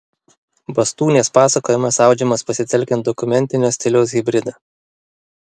bastūnės pasakojimas audžiamas pasitelkiant dokumentinio stiliaus hibridą